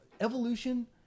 evolution